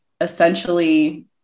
essentially